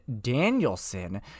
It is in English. Danielson